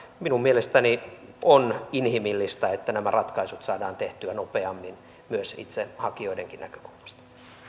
minun mielestäni on inhimillistä että nämä ratkaisut saadaan tehtyä nopeammin myös itse hakijoidenkin näkökulmasta